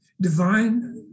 Divine